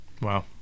Wow